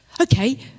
Okay